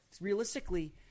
realistically